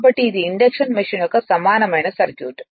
కాబట్టి ఇది induction machine యొక్క సమానమైన సర్క్యూట్